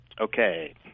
okay